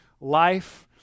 life